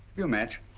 you a match?